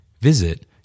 Visit